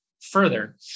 further